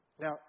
Now